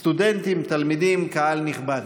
סטודנטים, תלמידים, קהל נכבד,